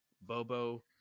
Bobo